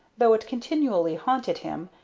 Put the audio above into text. though it continually haunted him,